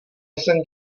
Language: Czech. jsem